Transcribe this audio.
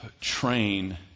train